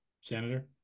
Senator